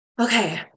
okay